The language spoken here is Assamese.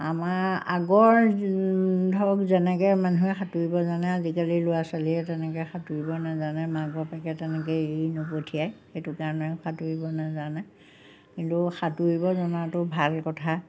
আমাৰ আগৰ ধৰক যেনেকৈ মানুহে সাঁতোৰিব জানে আজিকালি ল'ৰা ছোৱালীয়ে তেনেকৈ সাঁতোৰিব নাজানে মাক বাপেকে তেনেকৈ এৰি নপঠিয়াই সেইটো কাৰণে সাঁতোৰিব নাজানে কিন্তু সাঁতোৰিব জনাটো ভাল কথা